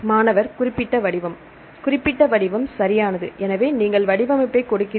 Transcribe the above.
மாணவர் குறிப்பிட்ட வடிவம் குறிப்பிட்ட வடிவம் சரியானது எனவே நீங்கள் வடிவமைப்பைக் கொடுக்கிறீர்கள்